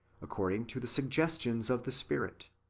accord ing to the suggestions of the spirit.